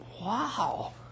Wow